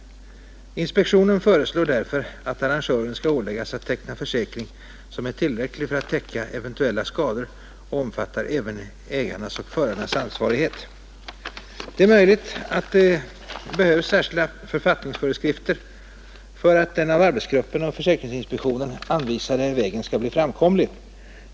Inspektionen föreslår därför att arrangören skall åläggas att teckna försäkring som är tillräcklig för att täcka eventuella skador och omfattar även ägarnas och förarnas ansvarighet. Det är möjligt att det behövs särskilda författningsföreskrifter för att den av arbetsgruppen och försäkringsinspektionen anvisade vägen skall bli framkomlig.